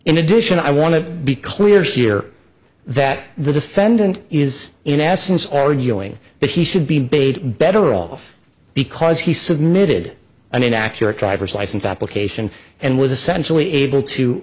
in addition i want to be clear here that the defendant is in essence arguing that he should be big better off because he submitted an inaccurate driver's license application and was essentially able to